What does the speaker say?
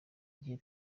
gihe